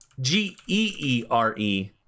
G-E-E-R-E